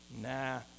nah